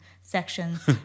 sections